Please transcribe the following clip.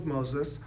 Moses